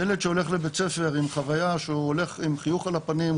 ילד שהולך לבית הספר עם חוויה שהוא הולך עם חיוך על הפנים,